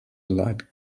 light